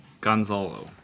Gonzalo